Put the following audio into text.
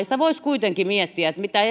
sitä voisi kuitenkin miettiä mitä